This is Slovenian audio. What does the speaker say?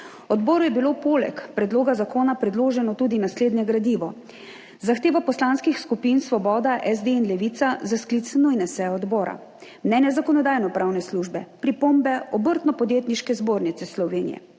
Odboru je bilo poleg predloga zakona predloženo tudi naslednje gradivo: zahteva poslanskih skupin Svoboda, SD in Levica za sklic nujne seje odbora, mnenje Zakonodajno-pravne službe, pripombe Obrtno-podjetniške zbornice Slovenije,